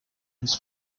his